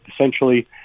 essentially